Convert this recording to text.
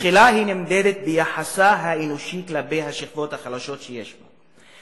תחילה היא נמדדת ביחסה האנושי כלפי השכבות החלשות שיש בה,